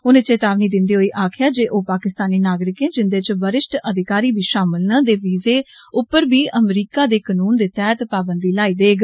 उनें चेतावनी दिन्दे होई आक्खेआ जे ओह् पाकिस्तानी नागरिकें जिन्दे च वरिष्ठ अधिकारी बी शामल न जे वीजे उप्पर बी अमेरिका दे कनूने दे तैहत पाबंधी लाई देग